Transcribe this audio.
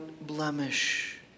blemish